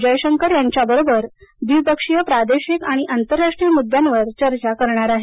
जयशंकर यांच्याबरोबर द्विपक्षीय प्रादेशिक आणि आंतरराष्ट्रीय मुद्द्यांवर चर्चा करणार आहेत